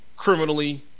criminally